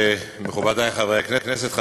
מכובדי חברי הכנסת,